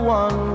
one